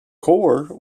corr